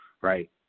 right